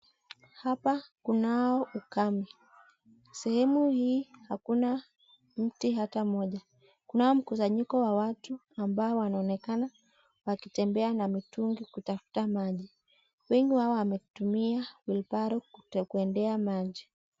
Hapa kunao ukame, sehemu hii hakuna mti hata moja. Kunao mkusanyiko wa watu ambao wanaonekana wakitembea na mitumngi kutafuta maji, wengi wao wametumia wheelbarrow kuendea maji.